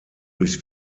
durch